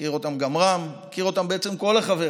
מכיר אותם גם רם, מכירים אותם כל החברים: